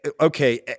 okay